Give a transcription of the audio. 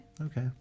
okay